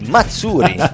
Mazzuri